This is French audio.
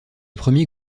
premier